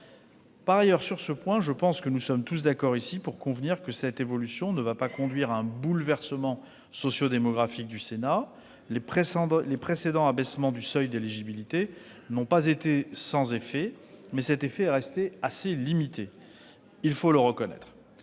Par ailleurs, sur ce point, je pense que nous sommes tous d'accord ici pour convenir que cette évolution ne va pas conduire à un bouleversement sociodémographique du Sénat. Les précédents abaissements du seuil d'éligibilité n'ont pas été sans effet, mais cet effet est resté limité, il faut le reconnaître.